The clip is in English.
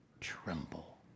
tremble